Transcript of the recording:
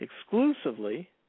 exclusively